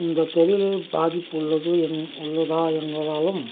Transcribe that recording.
இந்த தொழிலில் பாதிப்பு உள்ளது என் உள்ளதா என்பதாலும்